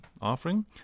offering